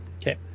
Okay